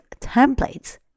templates